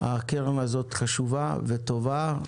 הקרן הזאת חשובה וטובה.